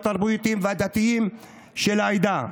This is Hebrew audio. התרבותיים והדתיים של העדה,